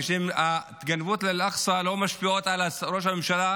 כשההתגנבות לאל-אקצא לא משפיעה על ראש הממשלה